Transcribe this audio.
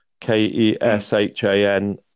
k-e-s-h-a-n